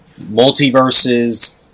multiverses